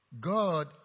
God